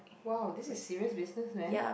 !wow! this is serious business man